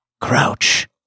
crouch